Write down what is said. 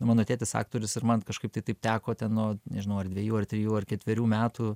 na mano tėtis aktorius ir man kažkaip tai taip tekote nuo nežinau ar dvejų ar trijų ar ketverių metų